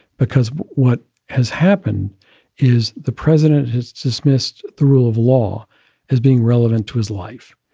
because what has happened is the president has dismissed the rule of law as being relevant to his life.